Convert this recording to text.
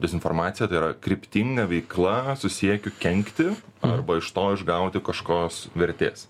dezinformacija tai yra kryptinga veikla su siekiu kenkti arba iš to išgauti kažkokios vertės